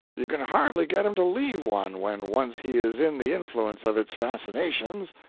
you can hardly get him to leave one when once he is in the influence of its fascinations.